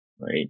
right